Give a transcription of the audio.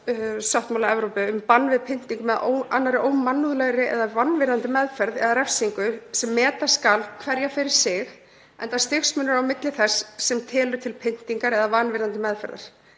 Evrópu um bann við pyndingum og annarri ómannlegri eða vanvirðandi meðferð eða refsingu sem meta skal hverja fyrir sig, enda stigsmunur á milli þess sem telst til pyndingar eða vanvirðandi meðferðar.